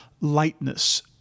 lightness